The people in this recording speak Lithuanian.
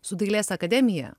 su dailės akademija